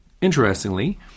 Interestingly